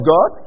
God